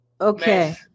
Okay